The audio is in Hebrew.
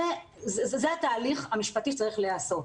זה תהליך משפטי שצריך להיעשות.